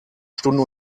stunde